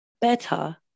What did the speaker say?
better